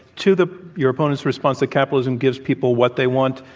to the your opponents' response that capitalism gives people what they want.